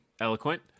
eloquent